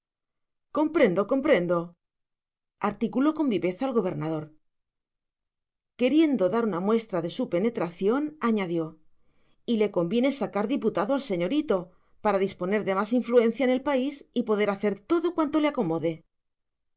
sujeto comprendo comprendo articuló con viveza el gobernador queriendo dar una muestra de su penetración añadió y le conviene sacar diputado al señorito para disponer de más influencia en el país y poder hacer todo cuanto le acomode